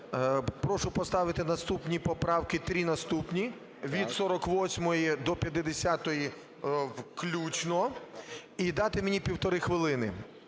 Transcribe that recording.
прошу поставити наступні поправки, три наступні (від 48 до 50 включно), і дати мені півтори хвилини.